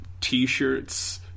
t-shirts